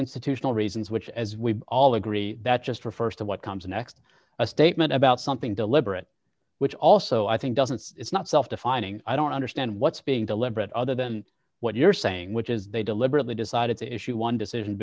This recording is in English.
institutional reasons which as we all agree that just for st of what comes next a statement about something deliberate which also i think doesn't it's not self defining i don't understand what's being deliberate other than what you're saying which is they deliberately decided to issue one decision